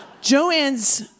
joanne's